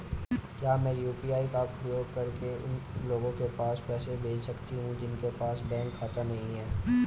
क्या मैं यू.पी.आई का उपयोग करके उन लोगों के पास पैसे भेज सकती हूँ जिनके पास बैंक खाता नहीं है?